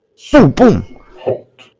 super um hot